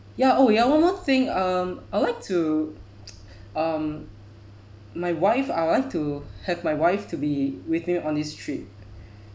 ya oh ya one more thing um I would like to um my wife I would like to have my wife to be with me on this trip